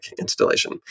installation